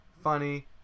Funny